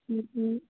कैसी हैं